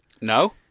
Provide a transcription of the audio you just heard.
No